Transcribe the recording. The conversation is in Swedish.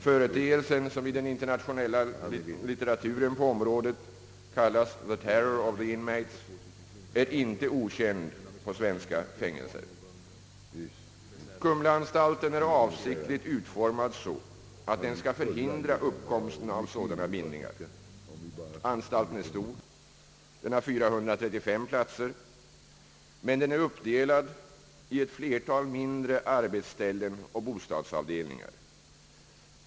Företeelsen, som i den internationella litteraturen på området kallas »the terror of the inmates», är inte okänd i svenska fängelser. Kumlaanstalten är avsiktligt utformad så att den skall förhindra uppkomsten av sådana bindningar. Anstalten är stor. Den har 435 platser. Men den är uppdelad i ett flertal mindre arbetsställen och bostadsavdelningar.